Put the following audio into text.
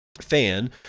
Fan